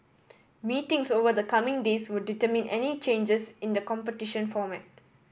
meetings over the coming days would determine any changes in the competition format